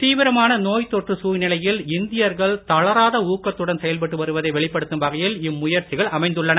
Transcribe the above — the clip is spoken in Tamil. தீவிரமான நோய்த் தொற்று சூழ்நிலையில் இந்தியர்கள் தளராத ஊக்கத்துடன் செயல்பட்டு வருவதை வெளிப்படுத்தும் வகையில் இம்முயற்சிகள் அமைந்துள்ளன